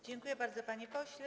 Dziękuję bardzo, panie pośle.